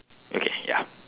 okay ya